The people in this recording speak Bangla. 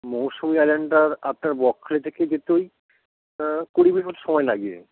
মৌসুমী আইল্যান্ডটার আপনার বকখালি থেকে যেতেই কুড়ি মিনিট মতো সময় লাগে